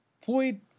Floyd